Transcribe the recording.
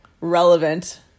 relevant